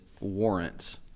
warrants